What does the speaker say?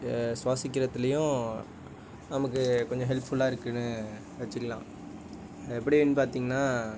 சுவாசிக்கிறத்துலையும் நமக்கு கொஞ்சம் ஹெல்ப்ஃபுல்லாக இருக்குன்னு வச்சிக்கிலாம் அது எப்படின்னு பார்த்தீங்கன்னா